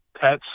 pets